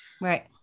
Right